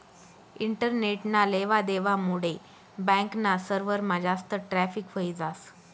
इंटरनेटना लेवा देवा मुडे बॅक ना सर्वरमा जास्त ट्रॅफिक व्हयी जास